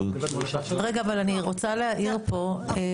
רגע, אבל אני רוצה להעיר פה.